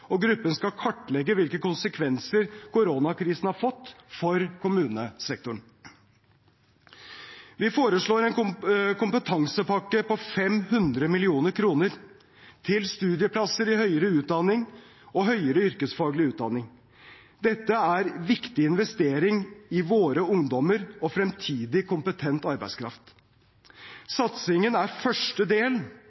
og gruppen skal kartlegge hvilke konsekvenser koronakrisen har fått for kommunesektoren. Vi foreslår en kompetansepakke på 500 mill. kr til studieplasser i høyere utdanning og høyere yrkesfaglig utdanning. Dette er en viktig investering i våre ungdommer og fremtidig kompetent arbeidskraft.